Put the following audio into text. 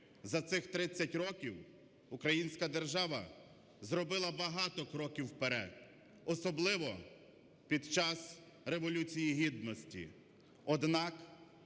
За цих 30 років українська держава зробила багато кроків вперед, особливо під час Революції Гідності.